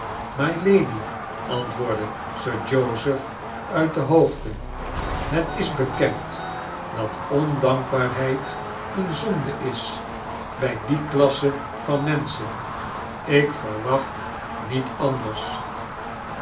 mylady antwoordde sir joseph uit de hoogte het is bekend dat ondankbaarheid eene zonde is bij die klasse van menschen ik verwacht niet anders